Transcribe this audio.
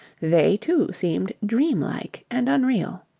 they, too, seemed dreamlike and unreal.